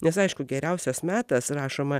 nes aišku geriausias metas rašoma